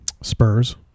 Spurs